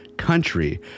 country